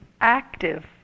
active